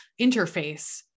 interface